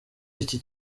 iki